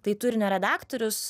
tai turinio redaktorius